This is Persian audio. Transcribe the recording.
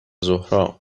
ظهرها